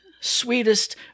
sweetest